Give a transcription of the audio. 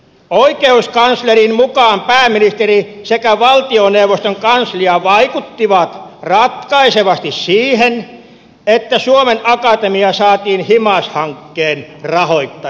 oikeuskanslerin mukaan pääministeri sekä valtioneuvoston kanslia vaikuttivat ratkaisevasti siihen että suomen akatemia saatiin himas hankkeen rahoittajaksi